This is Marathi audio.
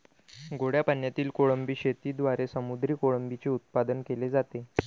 गोड्या पाण्यातील कोळंबी शेतीद्वारे समुद्री कोळंबीचे उत्पादन केले जाते